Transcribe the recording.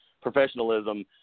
professionalism